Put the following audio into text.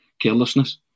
carelessness